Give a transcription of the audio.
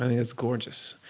and it's gorgeous.